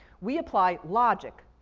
we apply logic.